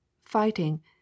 fighting